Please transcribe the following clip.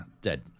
dead